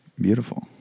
beautiful